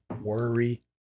worry